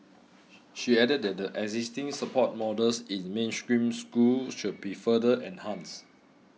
she added that the existing support models in mainstream schools should be further enhanced